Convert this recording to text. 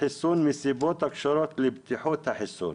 חיסון מסיבות הקשורות לבטיחות החיסון.